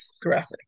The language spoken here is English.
graphic